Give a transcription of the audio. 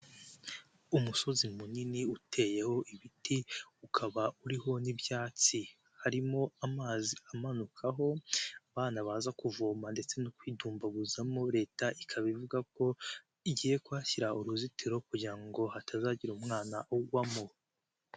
Umusozi munini uteyeho ibiti ukaba uriho n'ibyatsi harimo amazi amanukaho abana baza kuvoma ndetse no kwidumbaguzamo leta ikaba ivuga ko igiye kwahashyira uruzitiro kugira ngo hatazagira umwana ugwa mo.